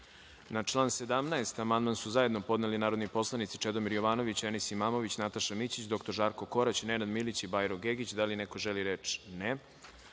član 16. amandman su zajedno podneli narodni poslanici Čedomir Jovanović, Enis Imamović, Nataša Mićić, dr Žarko Korać, Nenad Milić i Bajro Gegić. Da li neko želi reč?